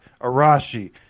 Arashi